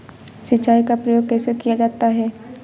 सिंचाई का प्रयोग कैसे किया जाता है?